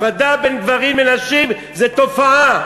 הפרדה בין גברים בין ונשים זו תופעה,